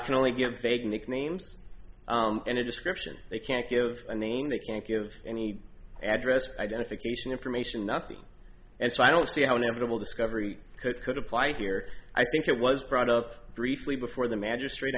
can only give vague nicknames in a description they can't give a name they can't give any address identification information nothing and so i don't see how inevitable discovery could could apply here i think it was brought up briefly before the ma